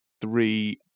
three